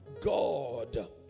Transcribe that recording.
God